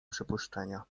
przypuszczenia